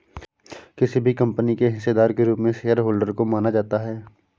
किसी भी कम्पनी के हिस्सेदार के रूप में शेयरहोल्डर को माना जाता है